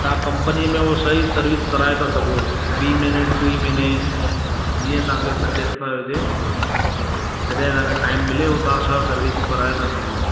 तव्हां कंपनी में उहा सही सर्विस कराए था सघो ॿीं महीने टीं महीने जीअं तव्हांखे सुठे सां हुजे जॾहिं तव्हांखे टाइम मिले तव्हां छह सर्विसूं कराए था सघो